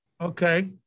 Okay